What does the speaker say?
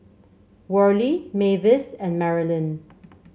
Worley Mavis and Marolyn